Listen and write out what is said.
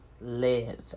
live